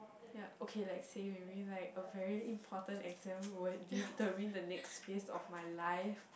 ya okay like say maybe like a very important exam would determine the next phase of my life